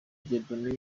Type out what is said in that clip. dieudonne